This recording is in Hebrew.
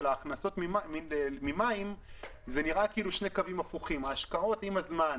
ההכנסות ממים זה נראה כאילו שני קווים הפוכים: ההשקעות עם הזמן